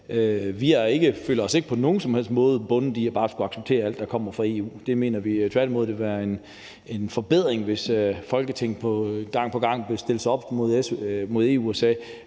Vi føler os ikke på nogen som helst måde bundet af bare at skulle acceptere alt, der kommer fra EU. Vi mener tværtimod, det vil være en forbedring, hvis Folketinget gang på gang satte sig op imod EU